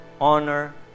honor